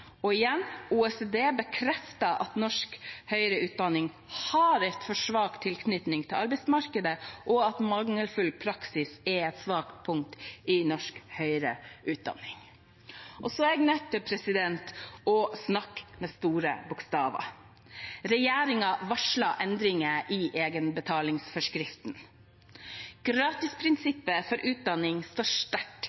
Igjen: OECD bekrefter at norsk høyere utdanning har for svak tilknytning til arbeidsmarkedet, og at mangelfull praksis er et svakt punkt i norsk høyere utdanning. Og så er jeg nødt til å snakke med store bokstaver! Regjeringen varsler endringer i egenbetalingsforskriften.